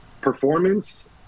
performance